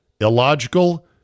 illogical